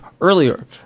earlier